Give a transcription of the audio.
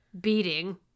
beating